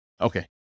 Okay